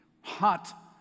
hot